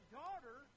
daughter